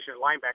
linebacker